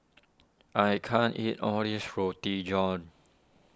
I can't eat all this Roti John